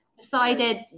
decided